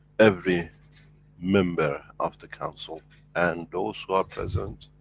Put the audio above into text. every member of the council and those who are present,